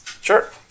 Sure